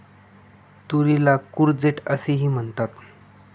तुरीला कूर्जेट असेही म्हणतात